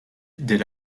dès